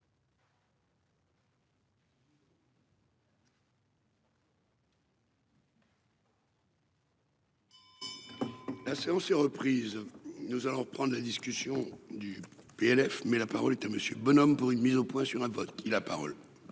La séance est reprise, nous allons reprendre la discussion du PLF mais la parole est à monsieur bonhomme pour une mise au point sur un vote qui la parole.